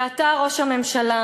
ואתה, ראש הממשלה,